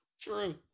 True